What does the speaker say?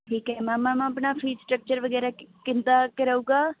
ਠੀਕ ਹੈ ma'am ma'am ਆਪਣਾ ਫ਼ੀਸ ਸਟੱਕਚਰ ਵਗੈਰਾ ਕਿ ਕਿੱਦਾਂ ਕੁ ਰਹੇਗਾ